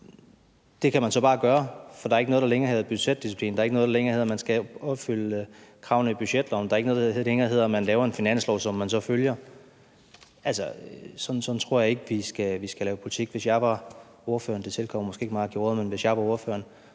bare kan føre ud i livet. For der er ikke længere noget, der hedder budgetdisciplin. Der er ikke længere noget, der hedder, at man skal opfylde kravene i budgetloven. Der er ikke længere noget, der hedder, at man laver en finanslov, som man så følger. Sådan tror jeg ikke at vi skal føre politik. Hvis jeg var ordføreren – det tilkommer måske ikke mig at sige det – tror jeg,